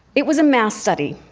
it was a mouse study,